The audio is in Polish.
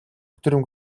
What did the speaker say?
którym